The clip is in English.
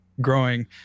growing